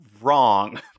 wrong